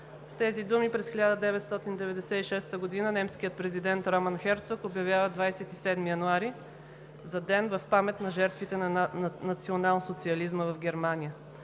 С тези думи през 1996 г. немският президент Роман Херцог обявява 27 януари за „Ден в памет на жертвите на националсоциализма“ в Германия.